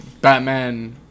Batman